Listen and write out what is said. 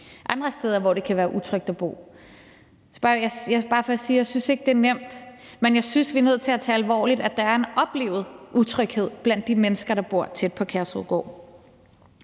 andre steder, hvor det kan være utrygt at bo? Det er bare for at sige, at jeg ikke synes, det er nemt, men jeg synes, at vi er nødt til at tage det alvorligt, at der er en oplevet utryghed blandt de mennesker, der bor tæt på Kærshovedgård.